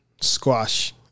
squash